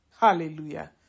Hallelujah